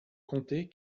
compter